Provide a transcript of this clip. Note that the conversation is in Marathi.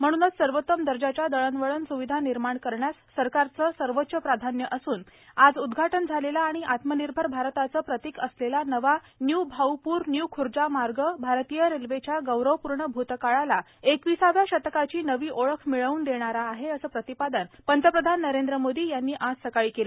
म्हणूनच सर्वोत्तम दर्जाच्या दळणवळण स्विधा निर्माण करण्यास सरकारचं सर्वोच्च प्राधान्य असून आज उद्घाटन झालेला आणि आत्मनिर्भर भारताचं प्रतीक असलेला नवा न्यू भाऊपूर न्यू खुर्जा मार्ग भारतीय रेल्वेच्या गौरवपूर्ण भूतकाळाला एकविसाव्या शतकाची नवी ओळख मिळवून देणारा आहे असं प्रतिपादन पंतप्रधान नरेंद्र मोदी यांनी आज सकाळी केलं